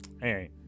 Hey